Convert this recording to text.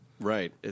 Right